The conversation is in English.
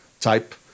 type